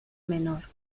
menor